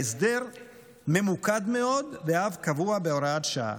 ההסדר ממוקד מאוד ואף קבוע בהוראת שעה.